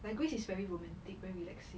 like greece is very romantic very relaxing